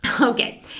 Okay